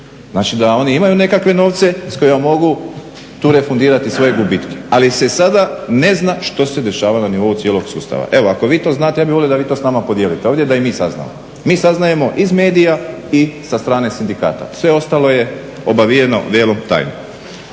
znači da oni imaju nekakve novce s kojima mogu tu refundirati svoje gubitke, ali se sada ne zna što se dešava na nivou cijelog sustava. Evo, ako vi to znate, ja bih volio da vi to s nama to podijelite ovdje da i mi saznamo. Mi saznajemo iz medija i sa strane sindikata. Sve ostalo je obavijeno velom tajne.